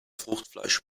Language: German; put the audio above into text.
fruchtfleisch